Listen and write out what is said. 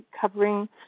covering